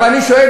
אבל אני שואל,